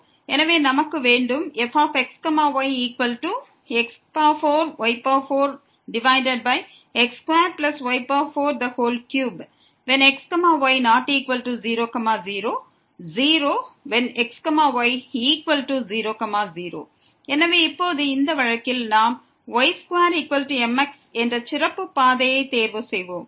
எனவே நாம் கொண்டுள்ளது fxyx4y4x2y43xy≠00 0xy00 எனவே இப்போது இந்த வழக்கில் நாம் y2mx என்ற சிறப்பு பாதையை தேர்வு செய்வோம்